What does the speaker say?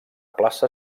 plaça